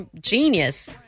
genius